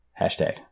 Hashtag